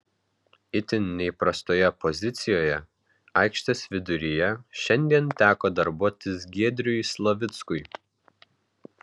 itin neįprastoje pozicijoje aikštės viduryje šiandien teko darbuotis giedriui slavickui